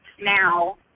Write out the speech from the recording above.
now